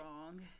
wrong